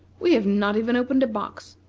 we have not even opened a box,